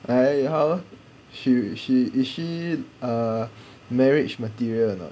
eh how she she is she err marriage material or not